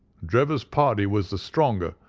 drebber's party was the stronger,